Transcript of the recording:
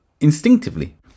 instinctively